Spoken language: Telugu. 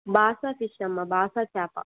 బాసా ఫిష్ అమ్మ బాసా చేప